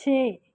ਛੇ